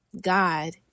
God